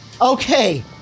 Okay